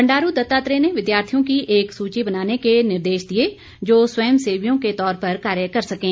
बंडारू दत्तात्रेय ने विद्यार्थियों की एक सूची बनाने के निर्देश दिए जो स्वयं सेवियों के तौर पर कार्य कर सकें